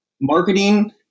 marketing